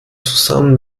zusammen